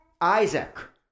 Isaac